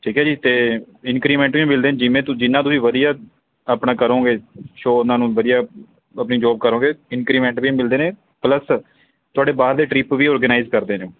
ਠੀਕ ਹੈ ਜੀ ਅਤੇ ਇਨਕਰੀਮੈਂਟ ਵੀ ਮਿਲਦੇ ਜਿਵੇਂ ਤੁ ਜਿੰਨਾ ਤੁਸੀਂ ਵਧੀਆ ਆਪਣਾ ਕਰੋਗੇ ਸ਼ੋਅ ਉਹਨਾਂ ਨੂੰ ਵਧੀਆ ਆਪਣੀ ਜੋਬ ਕਰੋਗੇ ਇਨਕਰੀਮੈਂਟ ਵੀ ਮਿਲਦੇ ਨੇ ਪਲੱਸ ਤੁਹਾਡੇ ਬਾਹਰ ਦੇ ਟਰਿਪ ਵੀ ਔਰਗਨਾਈਜ਼ ਕਰਦੇ ਨੇ